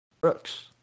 Brooks